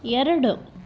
ಎರಡು